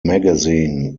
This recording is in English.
magazine